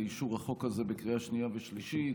לאישור החוק הזה בקריאה שנייה ושלישית,